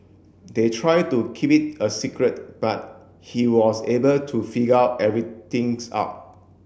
they tried to keep it a secret but he was able to figure out everything's out